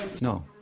No